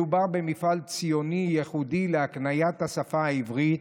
מדובר במפעל ציוני ייחודי להקניית השפה העברית.